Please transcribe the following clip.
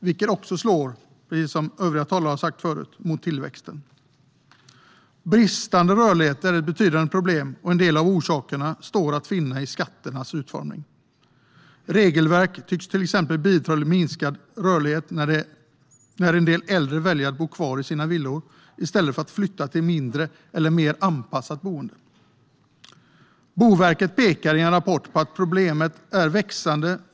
Precis som tidigare talare har sagt slår det också mot tillväxten. Bristande rörlighet är ett betydande problem, och en del av orsakerna står att finna i skatternas utformning. Regelverket tycks till exempel bidra till minskad rörlighet när en del äldre väljer att bo kvar i sina villor i stället för att flytta till ett mindre eller mer anpassat boende. Boverket pekar i en rapport på att problemet är växande.